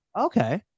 Okay